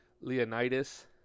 Leonidas